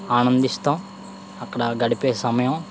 ఆనందిస్తాం అక్కడ గడిపే సమయం